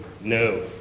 No